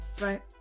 Right